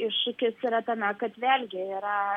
iššūkis yra tame kad vėl gi yra